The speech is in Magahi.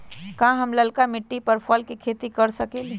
का हम लालका मिट्टी में फल के खेती कर सकेली?